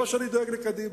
לא שאני דואג לקדימה.